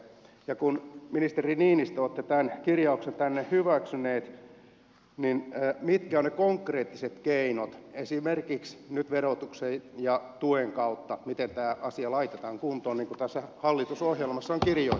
ja kun ministeri niinistö olette tämän kirjauksen tänne hyväksynyt niin mitkä ovat ne konkreettiset keinot esimerkiksi nyt verotuksen ja tuen kautta miten tämä asia laitetaan kuntoon niin kuin tässä hallitusohjelmassa on kirjoitettu